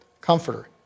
comforter